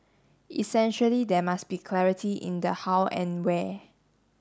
essentially there must be clarity in the how and where